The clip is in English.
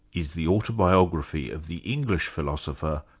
is the autobiography of the english philosopher,